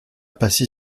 pacy